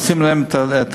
עושים להם תקציב,